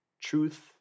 Truth